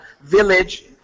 village